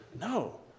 No